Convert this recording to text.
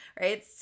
right